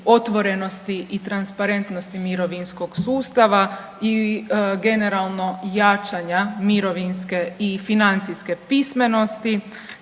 otvorenosti i transparentnosti mirovinskog sustava i generalno jačanja mirovinske i financijske pismenosti